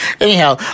Anyhow